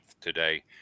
today